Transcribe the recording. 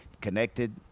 connected